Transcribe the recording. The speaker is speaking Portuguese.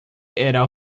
era